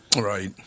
Right